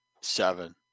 Seven